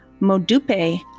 Modupe